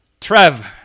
Trev